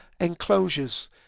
enclosures